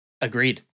Agreed